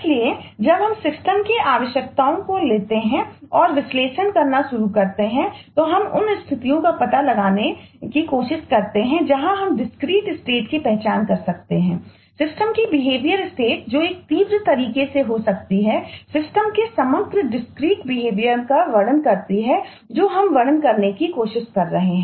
इसलिए जब हम सिस्टमका वर्णन करती हैं जो हम वर्णन करने की कोशिश कर रहे हैं